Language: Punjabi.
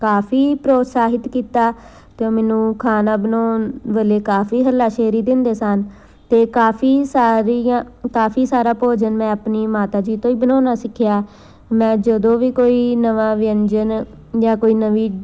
ਕਾਫੀ ਪ੍ਰੋਤਸਾਹਿਤ ਕੀਤਾ ਅਤੇ ਉਹ ਮੈਨੂੰ ਖਾਣਾ ਬਣਾਉਣ ਵੇਲੇ ਕਾਫੀ ਹੱਲਾਸ਼ੇਰੀ ਦਿੰਦੇ ਸਨ ਅਤੇ ਕਾਫੀ ਸਾਰੀਆਂ ਕਾਫੀ ਸਾਰਾ ਭੋਜਨ ਮੈਂ ਆਪਣੀ ਮਾਤਾ ਜੀ ਤੋਂ ਹੀ ਬਣਾਉਣਾ ਸਿੱਖਿਆ ਮੈਂ ਜਦੋਂ ਵੀ ਕੋਈ ਨਵਾਂ ਵਿਅੰਜਨ ਜਾਂ ਕੋਈ ਨਵੀਂ